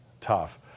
tough